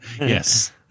Yes